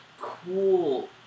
cool